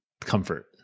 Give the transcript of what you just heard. comfort